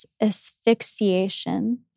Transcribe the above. asphyxiation